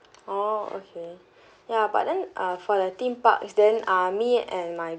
oh okay ya but then uh for the theme park is then uh me and my